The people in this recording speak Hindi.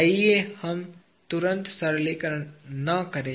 आइए हम तुरंत सरलीकरण न करें